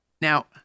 Now